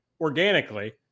organically